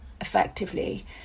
effectively